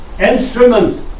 instrument